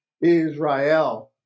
Israel